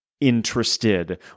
interested